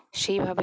সেইভাবে